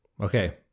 Okay